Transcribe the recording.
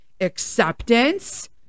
acceptance